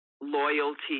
loyalty